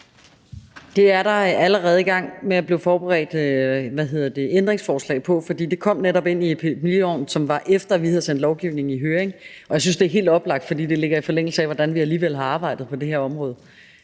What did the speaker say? Man er allerede i gang med at forberede ændringsforslag til det, for det kom netop ind i epidemiloven, som var efter, at vi havde sendt lovforslaget i høring. Jeg synes, at det er helt oplagt, fordi det ligger i forlængelse af, hvordan vi alligevel har arbejdet på det her område.